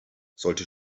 sollte